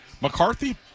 McCarthy